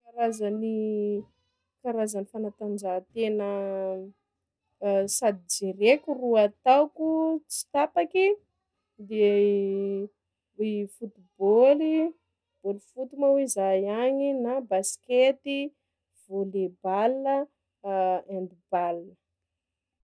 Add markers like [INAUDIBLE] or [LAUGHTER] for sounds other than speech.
Karazagny karazagny fanatanjahantena [HESITATION] sady jereko ro ataoko tsy tapaky de: [HESITATION] footbôly, bôly foty moa roy zahagna agny na baskety, volleyball, [HESITATION] handball.